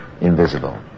invisible